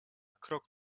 krok